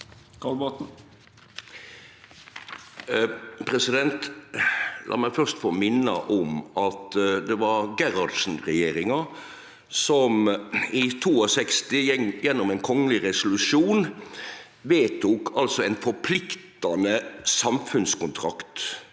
La meg først få min- ne om at det var Gerhardsen-regjeringa som i 1962 gjennom ein kongeleg resolusjon vedtok ein forpliktande samfunnskontrakt